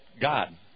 God